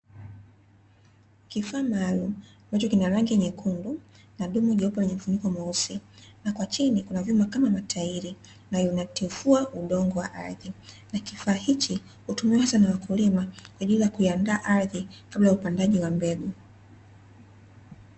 Kifaa maalum ambacho kina rangi nyekundu na dumu jeupe lenye mfuniko mweusi na kwa chini kina vyuma kama matairi na kinatifua udongo wa ardhi. Na kifaa hiki hutumiwa sana na wakulima kwaajili ya kuandaa ardhi kabla ya upandaji wa mbegu.